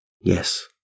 Yes